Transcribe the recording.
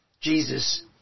Jesus